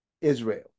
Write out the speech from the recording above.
Israel